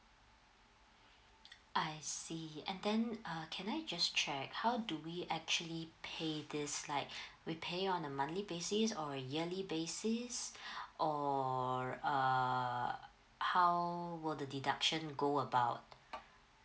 I see and then uh can I just check how do we actually pay this like we pay on a monthly basis or a yearly basis or uh how were the deduction go about